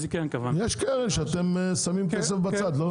יש קרן שאתם שמים כסף בצד, לא?